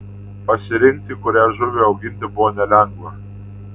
pasirinkti kurią žuvį auginti buvo nelengva